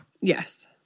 Yes